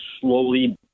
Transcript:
slowly